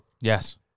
Yes